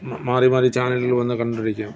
മ മാറി മാറി ചാനലുകള് വന്ന് കണ്ടിരിക്കാം